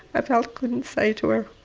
i felt i couldn't say to her,